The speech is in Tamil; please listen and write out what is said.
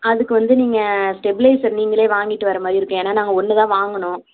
அதுக்கு வந்து நீங்கள் ஸ்டெப்லைசர் நீங்களே வாங்கிட்டு வர மாதிரி இருக்கும் ஏன்னால் நாங்கள் ஒன்றுதான் வாங்கினோம்